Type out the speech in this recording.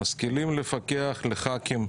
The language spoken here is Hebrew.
אז כלים לפקח כח"כים,